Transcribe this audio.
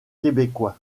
québécois